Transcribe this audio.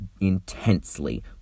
intensely